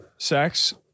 sex